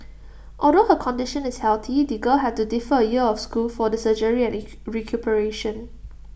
although her condition is healthy the girl had to defer A year of school for the surgery and recuperation